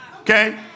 okay